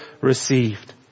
received